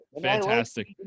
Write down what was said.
fantastic